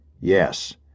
Yes